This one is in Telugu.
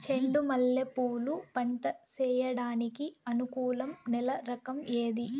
చెండు మల్లె పూలు పంట సేయడానికి అనుకూలం నేల రకం ఏది